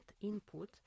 input